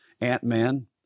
Ant-Man